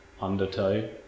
undertow